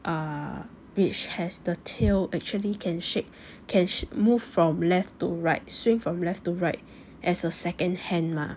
uh which has the tail actually can shake can move from left to right swing from left to right as a second hand mah